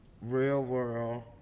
real-world